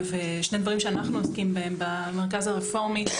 יש שני דברים שאנחנו עוסקים בהם במרכז הרפורמי.